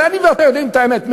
הרי אני ואתה יודעים את האמת.